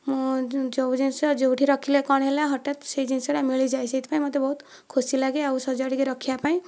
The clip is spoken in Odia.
ମୁଁ ଯେଉଁ ଜିନିଷ ଯେଉଁଠି ରଖିଲେ କ'ଣ ହେଲା ହଠାତ୍ ସେ ଜିନିଷ ମିଳିଯାଏ ସେଥିପାଇଁ ମୋତେ ବହୁତ ଖୁସି ଲାଗେ ଆଉ ସଜାଡ଼ିକି ରଖିବା ପାଇଁ